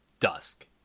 Dusk